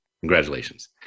Congratulations